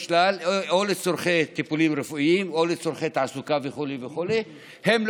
לצורך טיפולים רפואיים או לצורכי תעסוקה וכו' לא